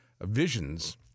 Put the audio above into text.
visions